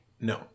No